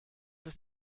ist